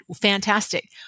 fantastic